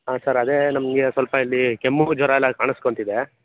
ಹಾಂ ಸರ್ ಅದೆ ನಮಗೆ ಸ್ವಲ್ಪ ಇಲ್ಲಿ ಕೆಮ್ಮು ಜ್ವರ ಎಲ್ಲ ಕಾಣಿಸ್ಕೋತಿದೆ